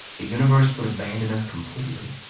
the universe would abandon us completely.